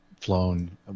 flown